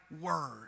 word